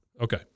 Okay